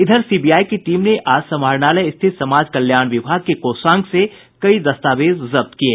इधर सीबीआई की टीम ने आज समाहरणालय स्थित समाज कल्याण विभाग के कोषांग से कई दस्तावेज जब्त किये